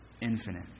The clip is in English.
infinite